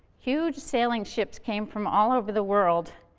huge sailing ships came from all over the world,